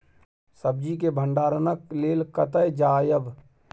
सब्जी के भंडारणक लेल कतय जायब?